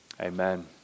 Amen